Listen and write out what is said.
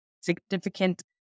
significant